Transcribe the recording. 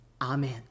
Amen